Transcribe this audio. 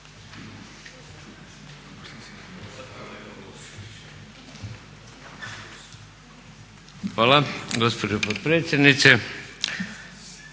Hvala. Gospođo potpredsjednice,